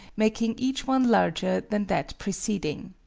making each one larger than that preceding.